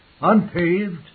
unpaved